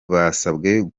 basabwe